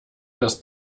das